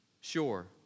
sure